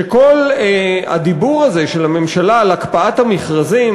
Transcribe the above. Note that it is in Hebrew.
שכל הדיבור הזה של הממשלה על הקפאת המכרזים,